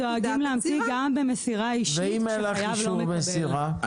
אם אין לך אישור מסירה?